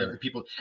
people